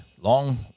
long